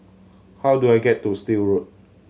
how do I get to Still Road